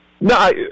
No